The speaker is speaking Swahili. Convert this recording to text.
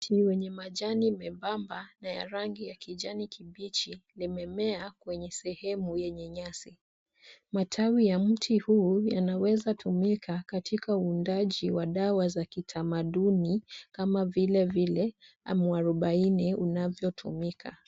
Mti wenye majani membamba na yenye rangi ya kijani kibichi, limemea kwenye sehemu lenye nyasi. Matawi ya mti huu yanaweza tumika katika uundaji wa dawa za kitamaduni kama vile vile mwarubaini unavyotumika.